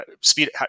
speed